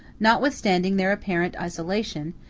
notwithstanding their apparent isolation,